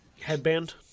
headband